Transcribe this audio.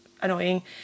annoying